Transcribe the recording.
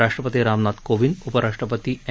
राष्ट्रपती रामनाथ कोविंद उपराष्ट्रपती एम